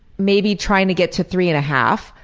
maybe trying to get to three and a half,